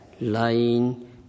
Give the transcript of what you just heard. lying